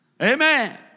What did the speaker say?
Amen